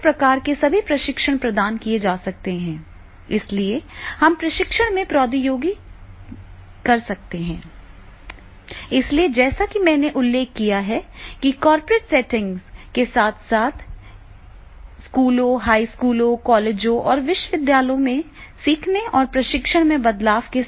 इस प्रकार के सभी प्रशिक्षण प्रदान किए जा सकते हैं इसलिए हम प्रशिक्षण में प्रौद्योगिकी कर सकते हैं इसलिए जैसा कि मैंने उल्लेख किया है कि कॉर्पोरेट सेटिंग्स के साथ साथ ग्रेड स्कूलों हाई स्कूलों कॉलेजों और विश्वविद्यालयों में सीखने और प्रशिक्षण में बदलाव के साथ